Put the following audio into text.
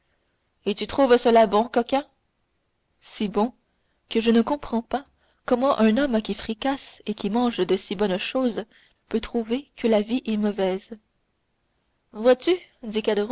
et tu trouves cela bon coquin si bon que je ne comprends pas comment un homme qui fricasse et qui mange de si bonnes choses peut trouver que la vie est mauvaise vois-tu